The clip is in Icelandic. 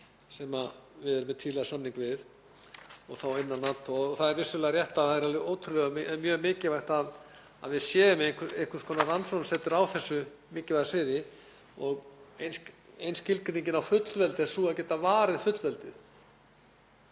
sem við erum með tvíhliða samning við og þá innan NATO. Það er vissulega rétt að það er mjög mikilvægt að við séum með einhvers konar rannsóknasetur á þessu mikilvæga sviði. Ein skilgreiningin á fullveldi er sú að geta varið fullveldið,